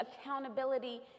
accountability